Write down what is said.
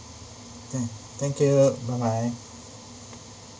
thank thank you bye bye